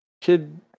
kid